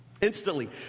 Instantly